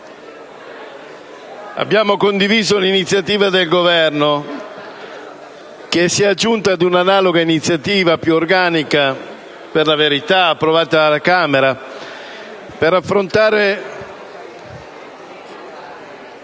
abbiamo condiviso l'iniziativa del Governo, che si è aggiunta ad un'analoga iniziativa, più organica - per la verità - approvata dalla Camera dei deputati,